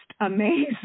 amazing